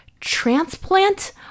transplant